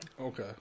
Okay